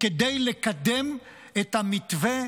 כדי לקדם את המתווה,